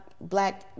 black